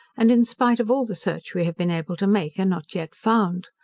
and in spite of all the search we have been able to make, are not yet found.